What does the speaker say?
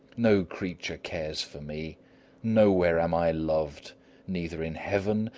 no creature cares for me nowhere am i loved neither in heaven,